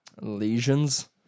Lesions